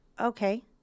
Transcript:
okay